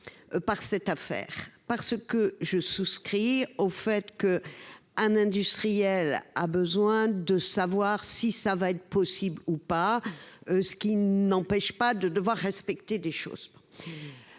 Par cette affaire parce que je souscris au fait que. Un industriel a besoin de savoir si ça va être possible ou pas. Ce qui n'empêche pas de devoir respecter des choses.